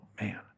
man